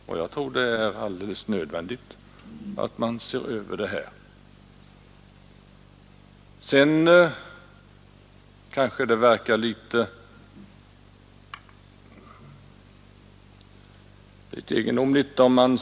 Enligt min mening är det alldeles nödvändigt att man ser över dessa frågor.